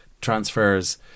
transfers